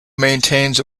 maintains